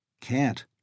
Can't